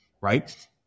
right